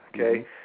okay